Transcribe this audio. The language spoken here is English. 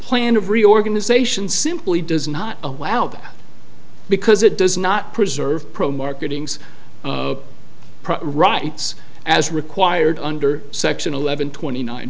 plan of reorganization simply does not allow them because it does not preserve pro marketing's rights as required under section eleven twenty nine